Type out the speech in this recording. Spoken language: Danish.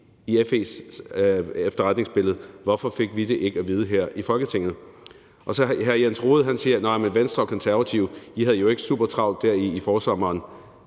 i FE's efterretningsbillede, hvorfor fik vi det så ikke at vide her i Folketinget? Hr. Jens Rohde siger, at Venstre og Konservative jo ikke havde supertravlt der i forsommeren,